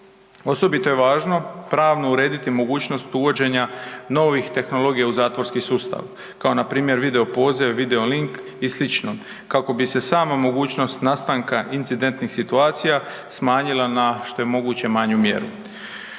Osobito je važno pravno urediti mogućnost uvođenja novih tehnologija u zatvorski sustav, kao npr. videopoziv, videolink i slično, kako bi se sama mogućnost nastanka incidentnih situacija smanjila na što je moguće manju mjeru.